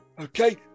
Okay